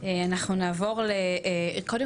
אנחנו נעבור לקודם